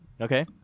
Okay